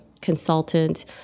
consultant